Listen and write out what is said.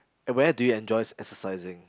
and when do you enjoy exercising